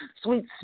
sweet